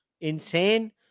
insane